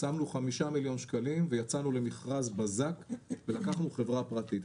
שמנו חמישה מיליון שקלים ויצאנו למכרז בזק ולקחנו חברה פרטית.